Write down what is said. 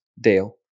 Dale